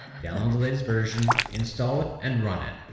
download the latest version, install it and run it.